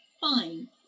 Fine